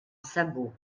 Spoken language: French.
sabot